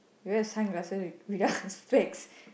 you wear sunglasses wi~ without a specs